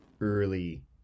early